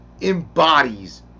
embodies